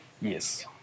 Yes